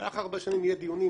במהלך ארבע שנים יהיו דיונים,